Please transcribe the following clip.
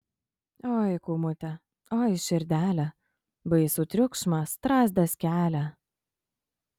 oi kūmute oi širdele baisų triukšmą strazdas kelia